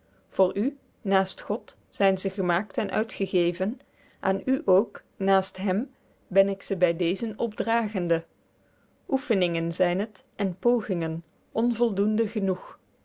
voor u naest god zyn ze gemaekt en uitgegeven aen u ook naest hem ben ik ze by dezen opdragende oefeningen zyn het en pogingen onvoldoende genoeg